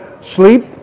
sleep